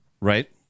Right